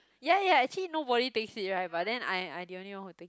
ya ya actually nobody takes it right but then I I the only one who take it